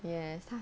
yes 他